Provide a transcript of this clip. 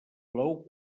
plou